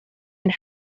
ein